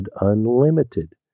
unlimited